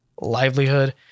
livelihood